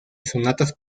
sonatas